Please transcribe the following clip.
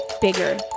bigger